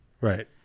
Right